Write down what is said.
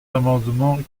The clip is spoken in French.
amendements